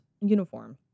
uniform